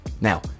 Now